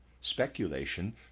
Speculation